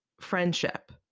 friendship